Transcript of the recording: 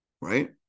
right